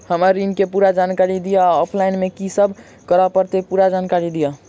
हम्मर ऋण केँ पूरा जानकारी दिय आ ऑफलाइन मे की सब करऽ पड़तै पूरा जानकारी दिय?